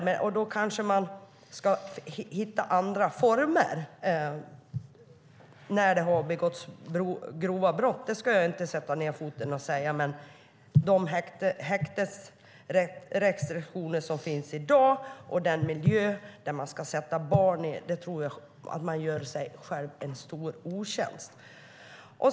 Man kanske ska försöka hitta andra former när det har begåtts grova brott. Men med de häktesrestriktioner som finns i dag och den miljö som man ska sätta barnen i tror jag att gör man sig själv en stor otjänst.